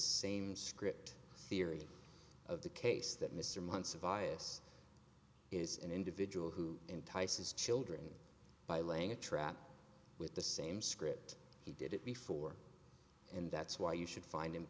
same script theory of the case that mr munson vyas is an individual who entices children by laying a trap with the same script he did it before and that's why you should find him